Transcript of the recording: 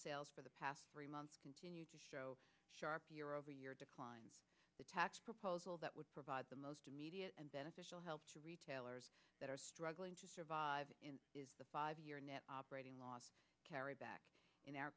sales for the past three months continue to show sharp year over year decline the tax proposal that would provide the most immediate and beneficial help to retailers that are struggling to survive is the five year net operating loss carry back in our